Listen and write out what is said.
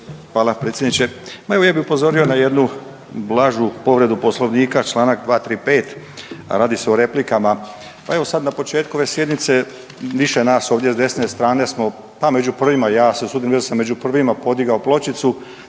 Hvala predsjedniče. Pa evo ja bi upozorio na jednu blažu povredu Poslovnika, čl. 235., radi se o replikama. Pa evo sad na početku ove sjednice više nas ovdje s desne strane smo pa među prvima, ja se usudim reć da sam među prvima podigao pločicu,